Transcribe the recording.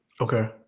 Okay